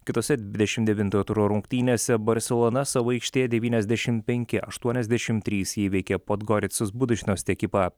kitose dvidešim devintojo turo rungtynėse barselona savo aikštėje devyniasdešim penki aštuoniasdešim trys įveikė podgoricos budašnioc ekipą